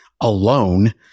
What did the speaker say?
alone